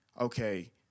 okay